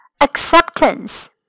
Acceptance